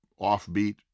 offbeat